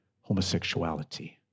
homosexuality